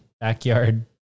backyard